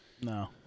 No